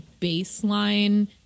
baseline